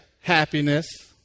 happiness